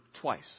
twice